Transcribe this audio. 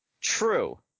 True